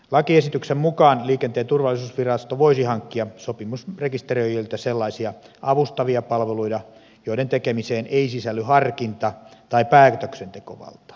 lakiesityksen mukaan liikenteen turvallisuusvirasto voisi hankkia sopimusrekisteröijiltä sellaisia avustavia palveluja joiden tekemiseen ei sisälly harkinta tai päätöksentekovaltaa